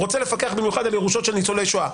ירצה לפקח במיוחד על הירושות שלהם.